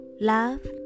Love